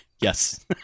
Yes